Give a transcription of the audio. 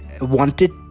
wanted